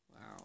Wow